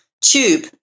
Tube